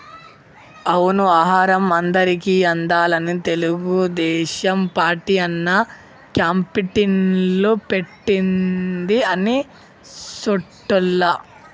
అవును ఆహారం అందరికి అందాలని తెలుగుదేశం పార్టీ అన్నా క్యాంటీన్లు పెట్టింది అన్ని సోటుల్లా